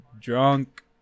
drunk